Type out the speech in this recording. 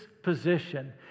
position